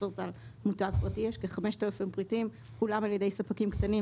כל 5,000 הפריטים מיוצרים על ידי ספקים קטנים,